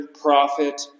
prophet